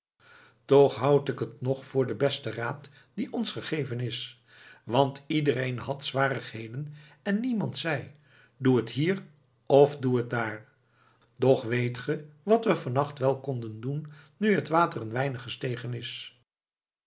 toch houd ik het nog voor den besten raad die ons gegeven is want iedereen had zwarigheden en niemand zei doe het hier of doe het daar doch weet ge wat we vannacht wel konden doen nu het water een weinig gestegen is